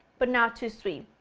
but not too sweet.